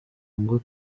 ngo